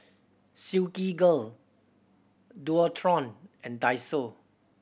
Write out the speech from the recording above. Silkygirl Dualtron and Daiso